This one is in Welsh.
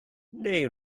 neu